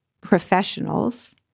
professionals